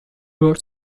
world